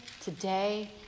today